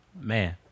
man